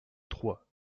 trois